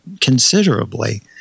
considerably